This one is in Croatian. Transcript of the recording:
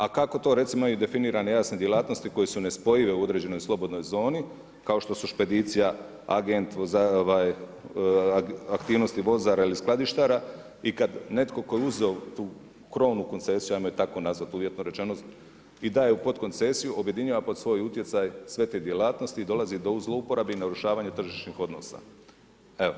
A kako to recimo i definirane jasne djelatnosti koje su nespojive u određenoj slobodnoj zoni kao što su špedicija, agent, aktivnosti vozara ili skladištara i kad netko tko je uzeo tu krovnu koncesiju hajmo je tako nazvati uvjetno rečeno i daje u podkoncesiju objedinjava pod svoj utjecaj sve te djelatnosti i dolazi do zlouporabe i narušavanja tržišnih odnosa.